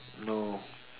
no